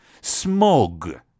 Smug